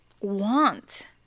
want